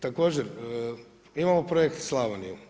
Također imamo projekt Slavonije.